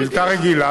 שאילתה רגילה,